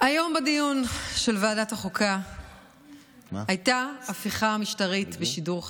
היום בדיון של ועדת החוקה הייתה הפיכה משטרית בשידור חי.